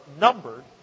numbered